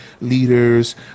leaders